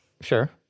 Sure